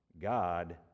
God